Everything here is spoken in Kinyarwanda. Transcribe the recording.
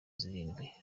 zirindwi